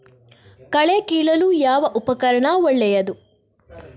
ಕಳೆ ಕೀಳಲು ಯಾವ ಉಪಕರಣ ಒಳ್ಳೆಯದು?